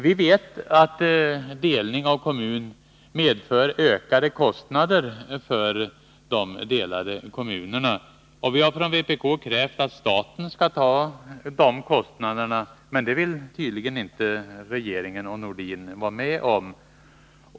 Vi vet att delning av kommuner medför ökade kostnader för de delade kommunerna. Vi har från vpk krävt att staten skall bära de kostnaderna, men det vill tydligen inte regeringen och Sven-Erik Nordin vara med om.